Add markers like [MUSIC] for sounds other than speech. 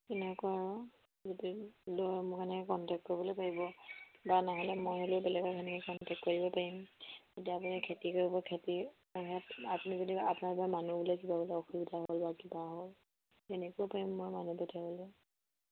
তেনেকুৱা আৰু যদি লয় মোক এনেকৈ কণ্টেক্ট কৰিবলৈ পাৰিব বা নহ'লে মই হ'লেও বেলেগত তেনেকৈ কণ্টেক্ট কৰি দিব পাৰিম তেতিয়া আপুনি খেতি কৰিব খেতি [UNINTELLIGIBLE] আপুনি যদি আপোনাৰ বা মানুহ বোলে কিবা বোলে অসুবিধা হ'ল বা কিবা হ'ল তেনেকৈয়ো পাৰিম মই মানুহ পঠাবলৈ